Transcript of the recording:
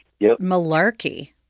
malarkey